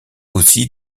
aussi